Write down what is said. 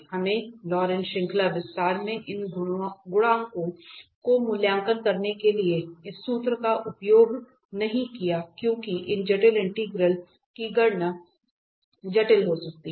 हमने लॉरेंट श्रृंखला विस्तार में इन गुणांकों का मूल्यांकन करने के लिए इस सूत्र का उपयोग नहीं किया क्योंकि इन जटिल इंटेग्रल की गणना जटिल हो सकती है